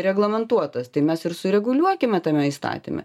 reglamentuotas tai mes ir sureguliuokime tame įstatyme